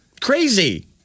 crazy